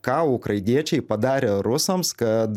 ką ukrainiečiai padarė rusams kad